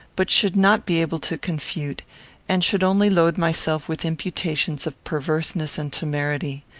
but should not be able to confute and should only load myself with imputations of perverseness and temerity.